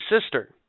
sister